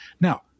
now